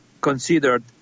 considered